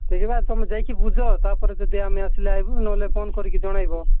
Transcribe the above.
କେଜାଣି ବା ତୁମେ ଯାଇକି ବୁଝ ତାପରେ ଯଦି ଆସିଲା ବେଳକୁ ନ ହେଲେ ଫୋନ୍ କରି ଜଣେଇବ